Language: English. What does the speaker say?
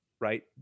right